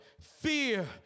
fear